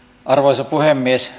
arvoisa puhemies